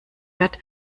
wird